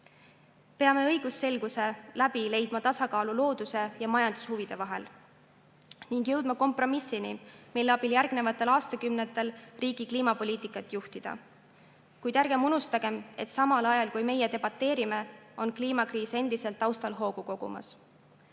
Peame õigusselguse kaudu leidma tasakaalu looduse ja majandushuvide vahel ning jõudma kompromissini, mille abil järgnevatel aastakümnetel riigi kliimapoliitikat juhtida. Kuid ärgem unustagem, et samal ajal, kui meie debateerime, on kliimakriis endiselt taustal hoogu kogumas.